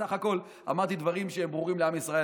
בסך הכול אמרתי דברים שהם ברורים לעם ישראל.